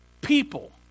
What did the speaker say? people